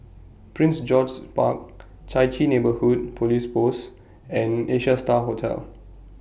Prince George's Park Chai Chee Neighbourhood Police Post and Asia STAR Hotel